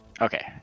Okay